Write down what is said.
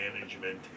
management